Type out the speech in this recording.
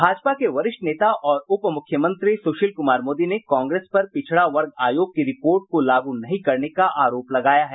भाजपा के वरिष्ठ नेता और उप मुख्यमंत्री सुशील कुमार मोदी ने कांग्रेस पर पिछड़ा वर्ग आयोग की रिपोर्ट को लागू नहीं करने का आरोप लगाया है